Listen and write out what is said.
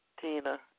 Tina